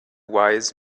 wise